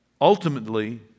ultimately